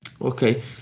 Okay